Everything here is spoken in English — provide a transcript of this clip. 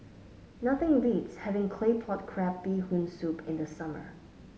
nothing beats having Claypot Crab Bee Hoon Soup in the summer